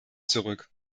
zurück